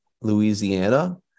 Louisiana